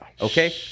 Okay